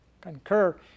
concur